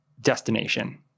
destination